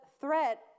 threat